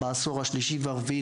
בעשור השלישית והרביעית,